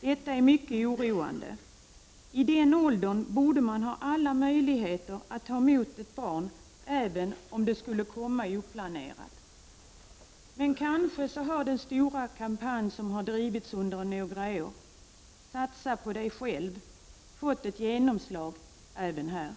Detta är mycket oroande. I den åldern borde man ha alla möjligheter att ta emot ett barn, även om det skulle komma oplanerat. Men kanske har den stora kampanj som drivits under några år, att satsa på dig själv, fått ett genomslag även här.